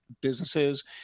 businesses